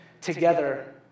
together